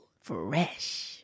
Fresh